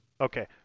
Okay